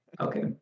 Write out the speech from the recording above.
Okay